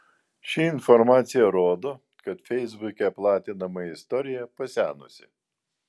ši informacija rodo kad feisbuke platinama istorija pasenusi